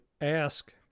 ask